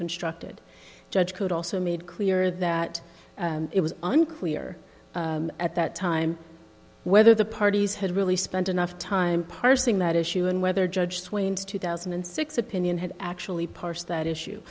constructed judge could also made clear that it was unclear at that time whether the parties had really spent enough time parsing that issue and whether judge twain's two thousand and six opinion had actually parsed that issue